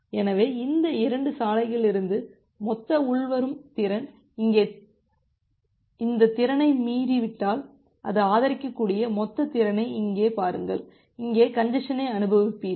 எனவே இந்த 2 சாலைகளிலிருந்து மொத்த உள்வரும் திறன் இந்த திறனை மீறிவிட்டால் அது ஆதரிக்கக்கூடிய மொத்த திறனை இங்கே பாருங்கள் இங்கே கஞ்ஜசனை அனுபவிப்பீர்கள்